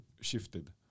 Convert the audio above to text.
shifted